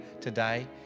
today